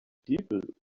people